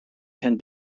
can